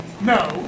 No